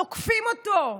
תוקפים אותו,